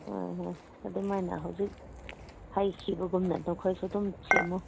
ꯍꯣꯏ ꯍꯣꯏ ꯑꯗꯨꯃꯥꯏꯅ ꯍꯧꯖꯤꯛ ꯍꯥꯏꯈꯤꯕꯒꯨꯝꯅ ꯅꯈꯣꯏꯁꯨ ꯑꯗꯨꯝ ꯁꯦꯝꯃꯣ